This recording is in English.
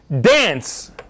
dance